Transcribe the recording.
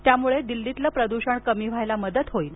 यामुळे दिल्लीतील प्रदूषण कमी होण्यास मदत होईल